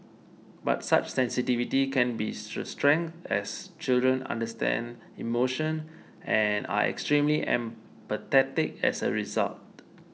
but such sensitivity can be strength as children understand emotion and are extremely empathetic as a result